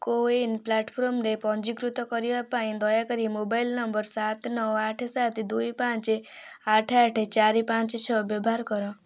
CoWIN ପ୍ଲାଟଫର୍ମରେ ପଞ୍ଜୀକୃତ କରିବା ପାଇଁ ଦୟାକରି ମୋବାଇଲ୍ ନମ୍ବର୍ ସାତ ନଅ ଆଠ ସାତ ଦୁଇ ପାଞ୍ଚ ଆଠ ଆଠ ଚାରି ପାଞ୍ଚ ଛଅ ବ୍ୟବହାର କର